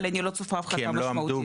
אבל אני לא צופה הפחתה משמעותית.